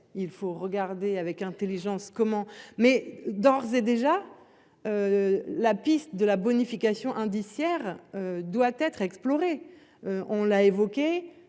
il faut regarder avec Intelligence. Comment. Mais d'ores et déjà. La piste de la bonification indiciaire doit être explorée. On l'a évoqué